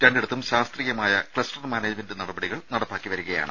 രണ്ടിടത്തും ശാസ്ത്രീയമായ cluster management നടപടികൾ നടപ്പാക്കി വരികയാണ്